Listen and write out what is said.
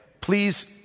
please